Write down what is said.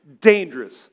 dangerous